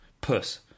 puss